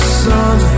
sun